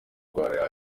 ndwara